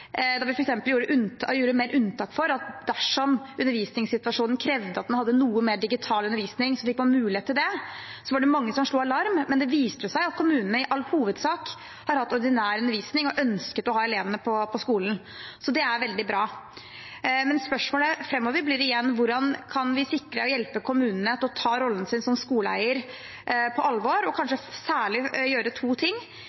Da vi f.eks. gjorde mer unntak for at dersom undervisningssituasjonen krevde at man hadde noe mer digital undervisning, og man fikk muligheten til det, var det mange som slo alarm. Men det viste seg jo at kommunene i all hovedsak har hatt ordinær undervisning og ønsket å ha elevene på skolen. Så det er veldig bra. Men spørsmålet framover blir igjen hvordan vi kan sikre og hjelpe kommunene til å ta rollen sin som skoleeier på alvor, og